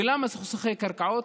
ולמה סכסוכי קרקעות?